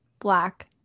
black